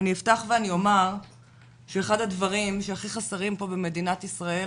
אני אפתח ואומר שאחד הדברים שחסרים פה במדינת ישראל